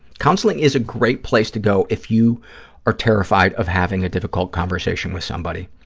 counseling is a great place to go if you are terrified of having a difficult conversation with somebody.